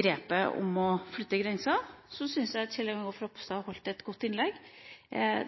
grepet med å flytte grenser. Så syns jeg at representanten Kjell Ingolf Ropstad holdt et godt innlegg.